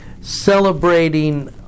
celebrating